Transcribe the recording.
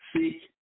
Seek